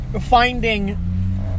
Finding